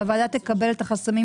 אולי כדאי שהוועדה תשמע על החסמים